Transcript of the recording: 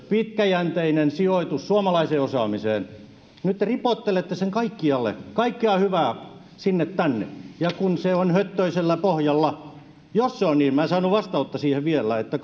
pitkäjänteinen sijoitus suomalaiseen osaamiseen nyt te ripottelette sen kaikkialle kaikkea hyvää sinne tänne ja se on höttöisellä pohjalla jos on niin minä en saanut vastausta siihen vielä että